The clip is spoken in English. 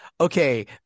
okay